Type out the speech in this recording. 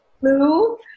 blue